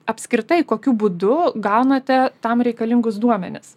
apskritai kokiu būdu gaunate tam reikalingus duomenis